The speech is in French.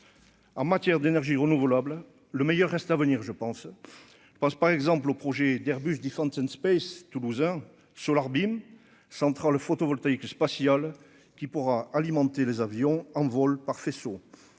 En matière d'énergies renouvelables, le meilleur reste à venir, je pense, je pense par exemple au projet d'Airbus Defence and Space toulousain sur leur bim centrale photovoltaïque spatiale. Qui pourra alimenter les avions en vol par faisceau